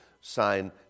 sign